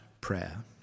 prayer